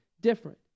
different